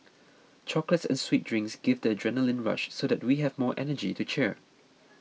chocolates and sweet drinks gives the adrenaline rush so that we have more energy to cheer